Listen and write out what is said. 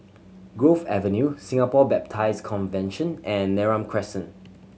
Grove Avenue Singapore Baptist Convention and Neram Crescent